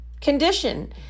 condition